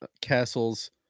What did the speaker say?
castles